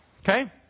okay